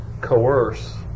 coerce